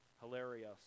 hilarious